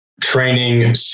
training